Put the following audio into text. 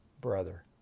brother